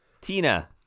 Tina